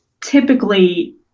typically